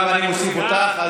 אני מוסיף גם אותך.